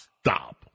stop